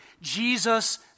Jesus